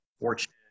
Fortune